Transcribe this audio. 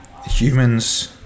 humans